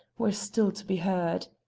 were still to be heard.